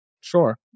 Sure